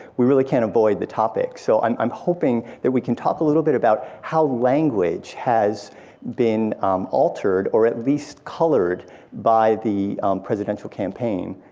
we really can't avoid the topic. so i'm i'm hoping that we can talk a little bit about how language has been altered or at least colored by the presidential campaign.